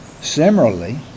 similarly